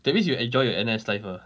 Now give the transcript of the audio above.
that means you enjoy your N_S life lah